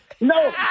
No